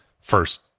first